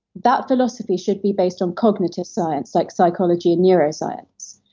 that philosophy should be based on cognitive science like psychology and neuroscience.